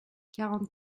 quarante